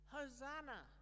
Hosanna